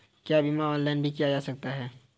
क्या बीमा ऑनलाइन भी किया जा सकता है?